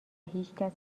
هیچکس